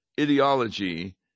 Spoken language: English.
ideology